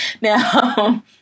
now